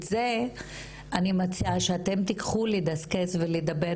את זה אני מציעה שאתם תיקחו לדבר ולדסקס